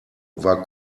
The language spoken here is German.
war